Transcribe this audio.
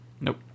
Nope